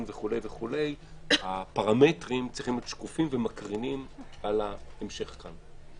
וכו' הפרמטרים צריכים להיות שקופים ומקרינים על המשך כאן.